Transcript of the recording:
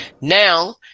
Now